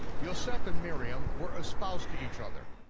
yoseph and miriam were espoused to each other.